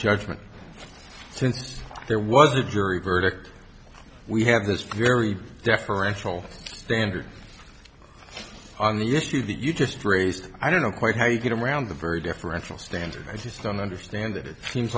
judgment since there was a jury verdict we have this very deferential standard on the issue that you just raised i don't know quite how you get around the very deferential standard i just don't understand it it seems